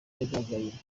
yagaragaye